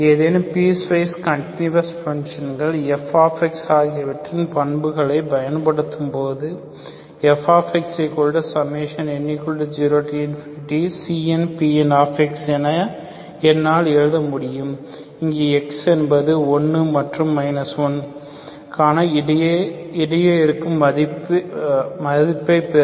ஏதேனும் piecewise continuous பங்ஷன்கள் f ஆகியவற்றின் பண்புகளை பயன்படுத்தும்போது fxn0CnPnஎன என்னால் எழுத முடியும் இங்கு x என்பது 1 மற்றும் 1 காண இடையே மதிப்பை பெரும்